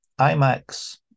IMAX